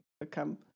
become